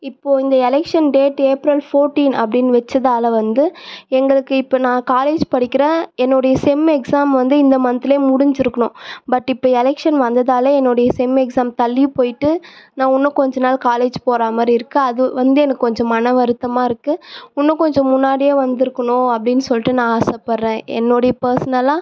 இப்போது இந்த election date April fourteen அப்படின்னு வச்சதால் வந்து எங்களுக்கு இப்போ நான் காலேஜ் படிக்கிறேன் என்னுடைய செம் எக்ஸாம் வந்து இந்த மந்த்திலே முடிஞ்சிருக்கணும் பட் இப்போ எலெக்ஷன் வந்ததால் என்னுடைய செம் எக்ஸாம் தள்ளி போய்ட்டு நான் இன்னும் கொஞ்ச நாள் காலேஜ் போகிற மாதிரி இருக்குது அது வந்து எனக்கு கொஞ்சம் மனவருத்தமாக இருக்குது இன்னும் கொஞ்சம் முன்னாடியே வந்திருக்கணும் அப்படின்னு சொல்லிட்டு நான் ஆசைப்பட்றேன் என்னுடைய பர்ஸ்னலாக